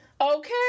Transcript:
okay